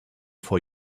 for